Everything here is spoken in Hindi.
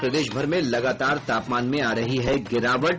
और प्रदेशभर में लगातर तापमान में आ रही गिरावट